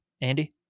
Andy